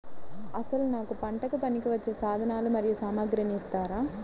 అసలు నాకు పంటకు పనికివచ్చే సాధనాలు మరియు సామగ్రిని ఇస్తారా?